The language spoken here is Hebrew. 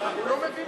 אני מבקש